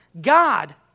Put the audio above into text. God